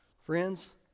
Friends